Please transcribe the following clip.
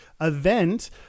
event